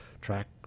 track